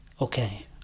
Okay